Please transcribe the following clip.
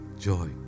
joy